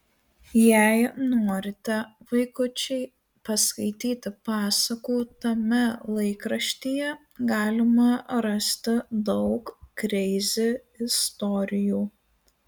jei norite vaikučiai paskaityti pasakų tame laikraštyje galima rasti daug kreizi istorijų